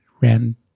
ran